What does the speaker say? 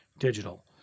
Digital